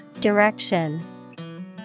Direction